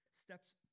steps